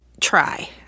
try